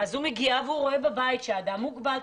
הוא מגיע והוא רואה בבית שהאדם מוגבל,